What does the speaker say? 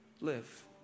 live